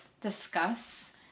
discuss